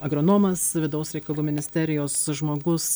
agronomas vidaus reikalų ministerijos žmogus